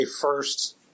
first